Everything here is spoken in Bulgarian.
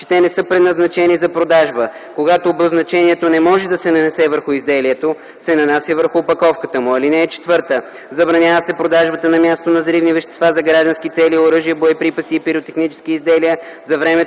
че те не са предназначени за продажба. Когато обозначението не може да се нанесе върху изделието, се нанася върху опаковката му. (4) Забранява се продажбата на място на взривни вещества за граждански цели, оръжия, боеприпаси и пиротехнически изделия за времето